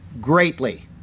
greatly